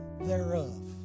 thereof